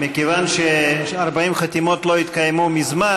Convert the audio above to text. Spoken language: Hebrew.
מכיוון ש-40 חתימות לא התקיימו מזמן,